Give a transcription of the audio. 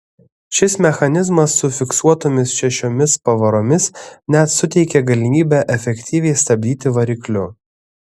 šis mechanizmas su fiksuotomis šešiomis pavaromis net suteikė galimybę efektyviai stabdyti varikliu